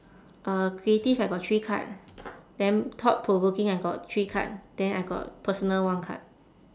uh creative I got three card then thought-provoking I got three card then I got personal one card